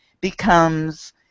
becomes